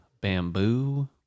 bamboo